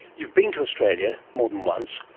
you've been to australia more than once,